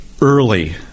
early